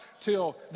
till